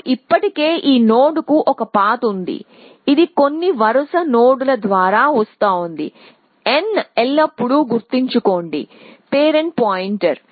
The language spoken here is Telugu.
మనకు ఇప్పటికే ఈ నోడ్కు ఒక పాత్ ఉంది ఇది కొన్ని వరుస నోడ్ల ద్వారా వస్తోంది n ఎల్లప్పుడూ గుర్తుంచుకోండి పేరెంట్ పాయింట్